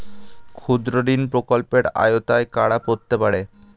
ক্ষুদ্রঋণ প্রকল্পের আওতায় কারা পড়তে পারে?